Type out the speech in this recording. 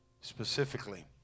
specifically